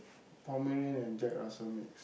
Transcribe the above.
Pomeranian and Jack-Russell mix